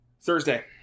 Thursday